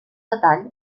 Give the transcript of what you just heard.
detall